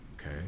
Okay